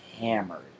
hammered